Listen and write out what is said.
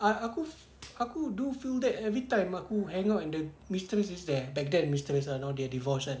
ah aku aku do feel that every time aku hang out and the mistress is there back then mistress ah now they divorced kan